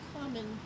common